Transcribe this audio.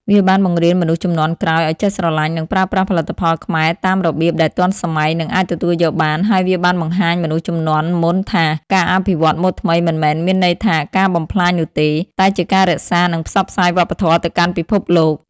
វាបានបង្រៀនមនុស្សជំនាន់ក្រោយឲ្យចេះស្រលាញ់ និងប្រើប្រាស់ផលិតផលខ្មែរតាមរបៀបដែលទាន់សម័យ និងអាចទទួលយកបាន ហើយវាបានបង្ហាញមនុស្សជំនាន់មុនថាការអភិវឌ្ឍម៉ូដថ្មីមិនមែនមានន័យថាការបំផ្លាញនោះទេ តែជាការរក្សា និងផ្សព្វផ្សាយវប្បធម៌ទៅកាន់ពិភពលោក។